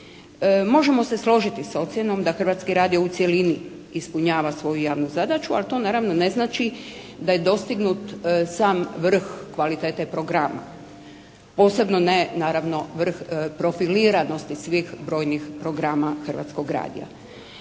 Možemo se složiti s ocjenom da Hrvatski radio u cjelini ispunjava svoju javnu zadaću, ali to naravno ne znači da je dostignut sam vrh kvalitete programa, posebno ne naravno vrh profiliranosti svih brojnih programa Hrvatskog radija.